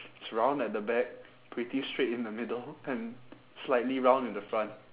it's round at the back pretty straight in the middle and slightly round in the front